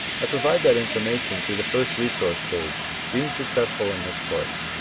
i provided that information through the first resource page being successful in this course.